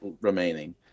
remaining